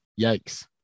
yikes